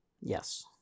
Yes